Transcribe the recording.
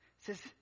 says